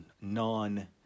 non